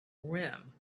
rim